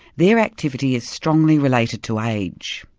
their activity is strongly related to age.